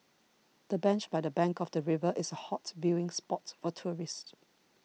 the bench by the bank of the river is a hot viewing spot for tourists